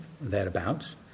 thereabouts